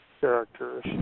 characters